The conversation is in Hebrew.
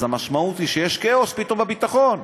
אז המשמעות היא שיש כאוס פתאום בביטחון.